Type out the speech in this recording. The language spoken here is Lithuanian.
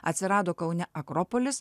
atsirado kaune akropolis